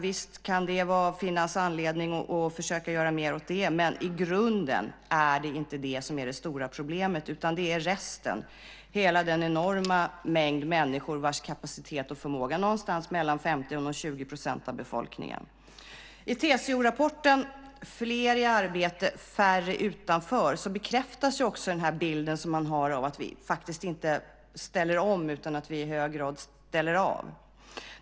Visst kan det finnas anledning att försöka göra mer åt de konjunkturellt arbetslösa. Men i grunden är det inte det som är det stora problemet utan det är resten, hela den enorma mängd människor, någonstans mellan 15 % och 20 % av befolkningen, vars kapacitet och förmåga inte tas till vara. I TCO:rapporten Fler i arbete - färre utanför bekräftas också den bild som man har av att vi faktiskt inte ställer om utan att vi i hög grad ställer av.